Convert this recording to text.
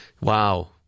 Wow